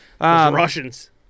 Russians